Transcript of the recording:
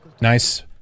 Nice